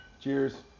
Cheers